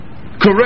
correct